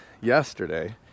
yesterday